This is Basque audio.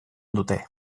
dute